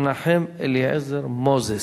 מנחם אליעזר מוזס,